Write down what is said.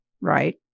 right